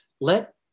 let